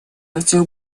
этих